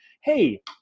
hey